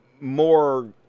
more